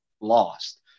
lost